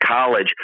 college